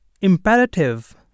imperative